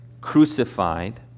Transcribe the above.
crucified